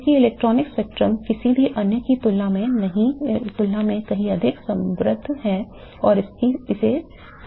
क्योंकि electronic spectrum किसी भी अन्य की तुलना में कहीं अधिक समृद्ध है और इसे समझना भी बहुत कठिन है